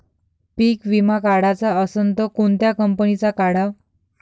पीक विमा काढाचा असन त कोनत्या कंपनीचा काढाव?